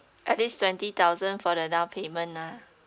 at least twenty thousand for the down payment lah